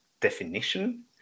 definition